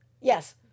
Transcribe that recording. yes